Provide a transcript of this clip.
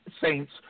Saints